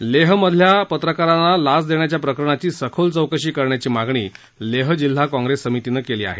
लेहमधील पत्रकारांना लाच देण्याच्या प्रकरणाची सखोल चौकशी करण्याची मागणी लेह जिल्हा काँग्रेस समितीनं केली आहे